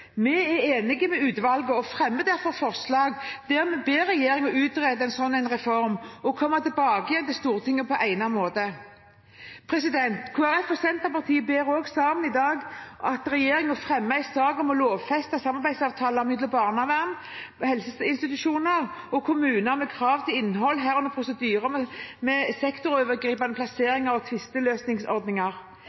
Vi er enige med utvalget og fremmer derfor et forslag der vi ber regjeringen utrede en slik reform og komme tilbake til Stortinget på egnet måte. Kristelig Folkeparti og Senterpartiet ber også sammen i dag om at regjeringen fremmer en sak om å lovfeste samarbeidsavtaler mellom barnevern, helseinstitusjoner og kommuner med krav til innhold, herunder prosedyrer ved sektorovergripende